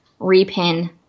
repin